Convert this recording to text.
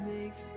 makes